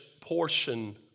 portion